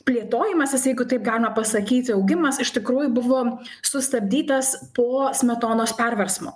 plėtojimasis jeigu taip galima pasakyti augimas iš tikrųjų buvo sustabdytas po smetonos perversmo